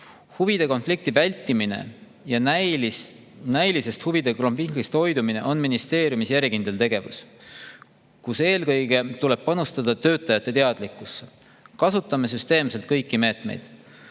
Huvide konflikti vältimine, ka näilisest huvide [konfliktist] hoidumine on ministeeriumis järjekindel tegevus, mille puhul tuleb eelkõige panustada töötajate teadlikkusse. Kasutame süsteemselt kõiki meetmeid: